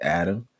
adam